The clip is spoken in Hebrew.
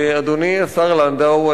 ואדוני השר לנדאו,